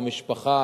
המשפחה,